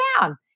down